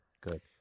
good